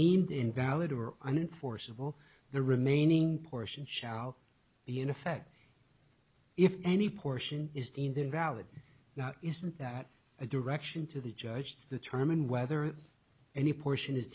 deemed invalid or unforeseeable the remaining portion shall be in effect if any portion is the invalid isn't that a direction to the judge to determine whether any portion is